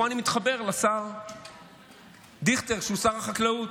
פה אני מתחבר לשר דיכטר, שהוא שר החקלאות.